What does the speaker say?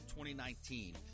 2019